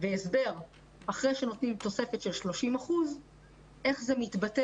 והסבר אחרי שנותנים תוספת של 30% איך זה מתבטא